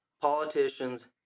politicians